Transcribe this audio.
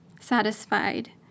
Satisfied